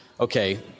okay